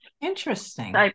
Interesting